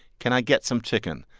can i get some chicken?